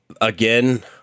Again